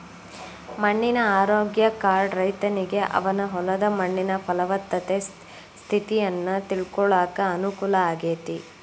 ಮಣ್ಣಿನ ಆರೋಗ್ಯ ಕಾರ್ಡ್ ರೈತನಿಗೆ ಅವನ ಹೊಲದ ಮಣ್ಣಿನ ಪಲವತ್ತತೆ ಸ್ಥಿತಿಯನ್ನ ತಿಳ್ಕೋಳಾಕ ಅನುಕೂಲ ಆಗೇತಿ